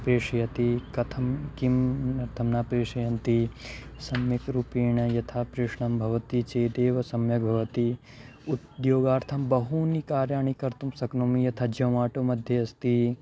प्रेषयति कथं किमर्थं न प्रेषयन्ति सम्यक्रूपेण यथा प्रेषणं भवति चेदेव सम्यग्भवति उद्योगार्थं बहूनि कार्याणि कर्तुं शक्नोमि यथा ज़ोमाटोमध्ये अस्ति